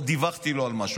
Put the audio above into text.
או דיווחתי לו על משהו.